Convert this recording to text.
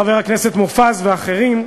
חבר הכנסת מופז ואחרים,